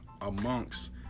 amongst